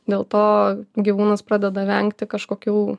dėl to gyvūnas pradeda vengti kažkokių